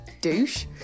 douche